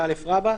ו- (12א)"